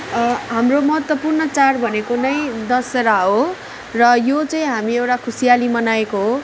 हाम्रो महत्त्वपूर्ण चाड भनेको नै दसेरा हो र यो चाहिँ हामीले एउटा खुसियाली मनाएको हो